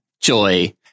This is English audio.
Joy